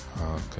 Okay